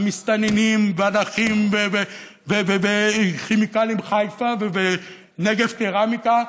המסתננים, והנכים, וכימיקלים חיפה, ונגב קרמיקה,